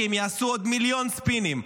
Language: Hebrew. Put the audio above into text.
כי הם יעשו עוד מיליון ספינים.